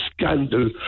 scandal